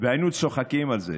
והיינו צוחקים על זה.